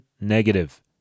Negative